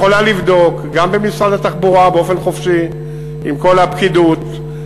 את יכולה לבדוק גם במשרד התחבורה באופן חופשי עם כל הפקידוּת,